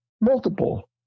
multiple